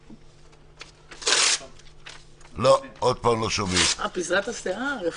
לא קיבל זימון, לעומת יאיר גולן,